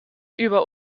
über